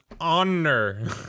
honor